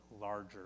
larger